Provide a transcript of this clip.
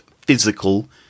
physical